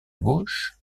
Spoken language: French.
gauche